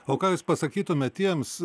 o ką jūs pasakytumėte tiems